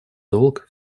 долг